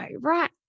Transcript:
right